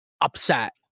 upset